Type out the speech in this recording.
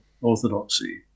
Orthodoxy